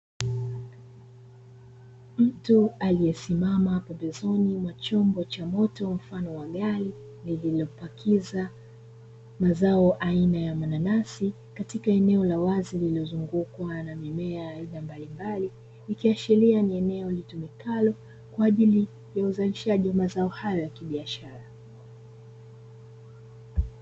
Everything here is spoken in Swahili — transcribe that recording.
Mtu aliyesimama pembezoni cha chomo cha moto mfano wa gari lililopakiza mazao aina ya mananasi katika eneo la wazi lililozungukwa na mimea ya aina mbalimbali, ikiashiria ni eneo litumikalo kwajili ya uzalishajii wa mazao haya ya kibiashara.